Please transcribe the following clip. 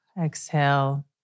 exhale